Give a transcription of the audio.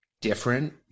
different